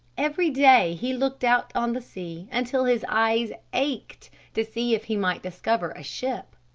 every day he looked out on the sea until his eyes ached to see if he might discover a ship.